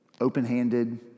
open-handed